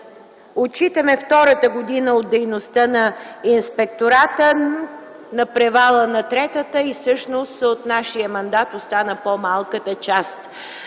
Отчитаме втората година от дейността на Инспектората, на превала на третата. Всъщност от нашия мандат остана по-малката част,